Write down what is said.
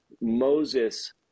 Moses